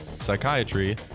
psychiatry